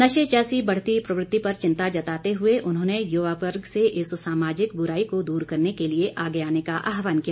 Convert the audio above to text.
नशे जैसी बढ़ती प्रवृति पर चिंता जताते हुए उन्होंने युवा वर्ग से इस सामाजिक बुराई को दूर करने के लिए आगे आने का आहवान किया